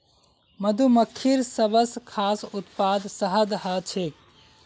मधुमक्खिर सबस खास उत्पाद शहद ह छेक